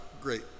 great